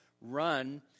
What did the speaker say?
Run